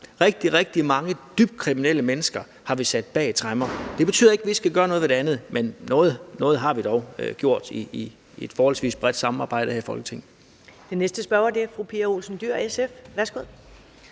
rigtig mange dybt kriminelle mennesker har vi sat bag tremmer. Det betyder ikke, at vi ikke skal gøre noget ved det andet, men noget har vi dog gjort i et forholdsvis bredt samarbejde her i Folketinget. Kl. 15:42 Første næstformand